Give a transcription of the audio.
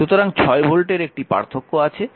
সুতরাং 6 ভোল্টের একটি পার্থক্য আছে